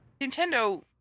Nintendo